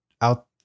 out